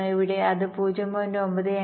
1 ഇവിടെ അത് 0